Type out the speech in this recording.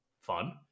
fun